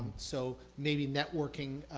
so, maybe networking,